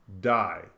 die